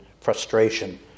frustration